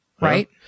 Right